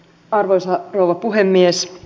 arvoisa rouva puhemies